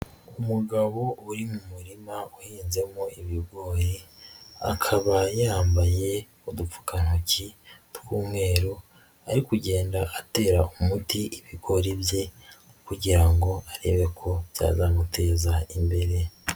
Umugabo uri mu murima uhinzemo ibigoyi akaba yambaye udupfukantoki tw'umweru ari kugenda atera umuti ibigori bye kugira ngo arebe ko byazamuteza imbere.